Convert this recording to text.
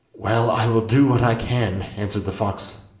well, i will do what i can answered the fox.